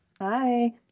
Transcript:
Hi